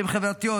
שהן חברתיות,